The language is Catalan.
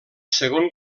segon